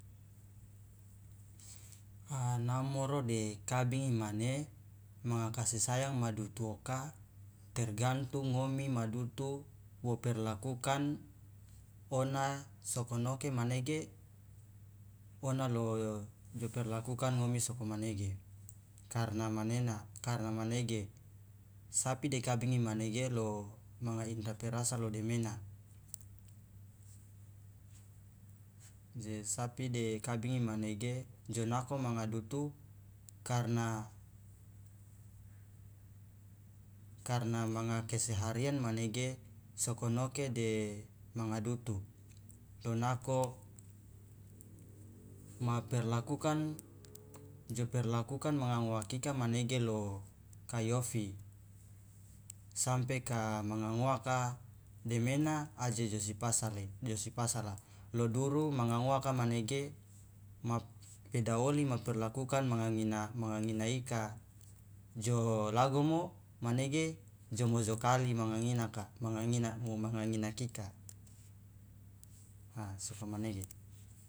A namoro de kabingi mane manga kasi sayang ma dutu oka tergantung ngomi ma dutuona wo perlakukan ona sokonoke manege ona lo jo perlakukan ngomi sokomanege karna manena karna manege sapi de kabingi manege lo manga indra perasa lo demena je sapi de kabingi manege jo nako manga dutu karna karna manga keseharian manege sokonoke de manga dutu lo nako ma perlakukan jo perlakukan manga ngoaka kika manege lo kaiofi sampe ka manga ngoaka demena aje josi pasale josi pasala lo duru manga ngoaka menege ma beda oli ja perlakukan manga ngina manga ngina ika jo lagomo manege jo mojokali manga nginaka manga ngina manga nginakika a soko manege.